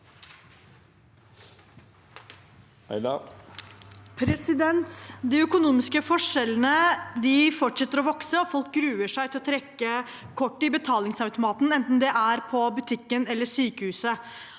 De økonomiske for- skjellene fortsetter å vokse, og folk gruer seg til å trekke kortet i betalingsautomaten enten det er på butikken eller sykehuset.